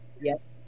Yes